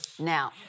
Now